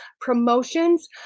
Promotions